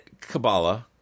kabbalah